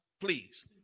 Please